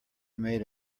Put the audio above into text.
made